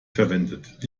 verwendet